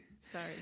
Sorry